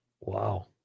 Wow